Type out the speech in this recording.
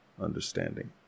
understanding